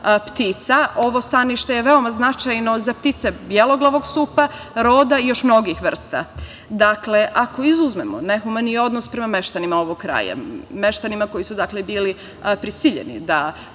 ptica. Ovo stanište je veoma značajno za ptice beloglavog supa, roda i još mnogih vrsta. Dakle, ako izuzmemo nehumani odnos prema meštanima ovog kraja, meštanima koji su bili prisiljeni da